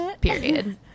period